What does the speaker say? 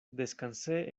descansé